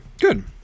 good